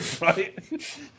right